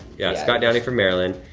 yeah, scott downey from maryland.